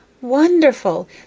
Wonderful